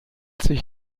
sich